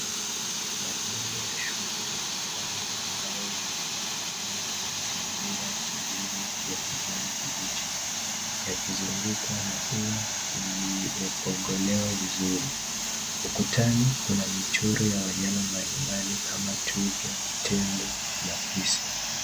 Majengo ya shule yenye rangi ambao yanafanana na mazingira tulivu ya kijani kibichi yakizungukwa na ua uliopogolewa vizuri, ukutani kuna michoro ya wanyama mbalimbali kama twiga, tembo na fisi.